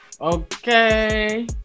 Okay